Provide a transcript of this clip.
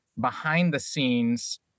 behind-the-scenes